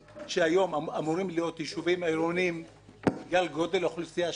שהיום אמורים להיות ישובים עירוניים בגלל גודל האוכלוסייה שם,